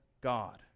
God